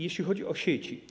Jeśli chodzi o sieci.